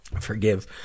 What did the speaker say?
forgive